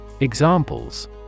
Examples